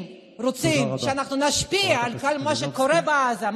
אם רוצים שאנחנו נשפיע על כל מה שקורה בעזה,